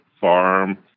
farm